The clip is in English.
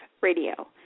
Radio